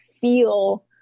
feel